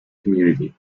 community